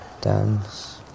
dance